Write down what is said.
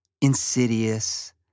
insidious